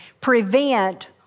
prevent